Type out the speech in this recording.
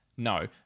No